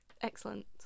Excellent